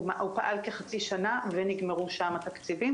הוא פעל כחצי שנה ונגמרו שם התקציבים.